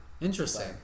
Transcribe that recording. Interesting